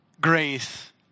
grace